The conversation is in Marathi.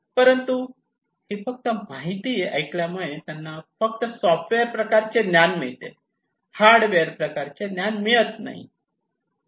परंतु ही माहिती फक्त ऐकल्यामुळे त्यांना फक्त सॉफ्टवेअर प्रकारचे ज्ञान मिळते हार्डवेअर प्रकारचे ज्ञान मिळत नाही